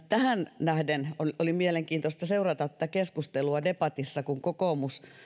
tähän nähden oli oli mielenkiintoista seurata tätä keskustelua debatissa kun kokoomus